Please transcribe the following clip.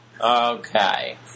Okay